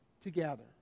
together